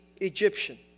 Egyptian